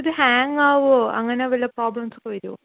ഇത് ഹേങ്ങാവുകയോ അങ്ങനെ വല്ല പ്രോബ്ലംസൊക്കെ വരുമോ